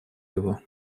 его